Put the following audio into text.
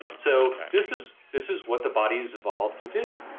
so, this is this is what the body has evolved to do.